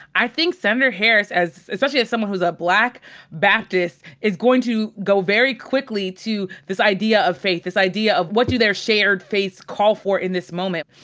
i think senator harris, especially if someone who's a black baptist is going to go very quickly to this idea of faith, this idea of what do their shared faiths call for in this moment.